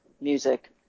music